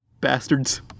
Bastards